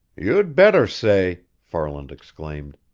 you'd better say! farland exclaimed.